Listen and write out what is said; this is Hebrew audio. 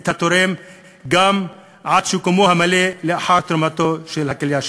את התורם עד שיקומו המלא לאחר שתרם את הכליה שלו.